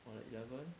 or eleven